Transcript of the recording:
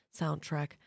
soundtrack